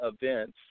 events